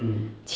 mm